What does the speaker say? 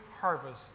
harvest